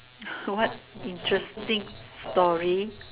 what interesting story